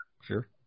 Sure